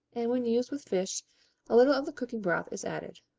and when used with fish a little of the cooking broth is added.